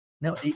No